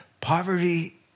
poverty